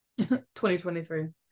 2023